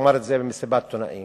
ואמר את זה במסיבת עיתונאים: